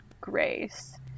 grace